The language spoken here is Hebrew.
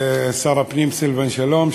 שר הפנים סילבן שלום,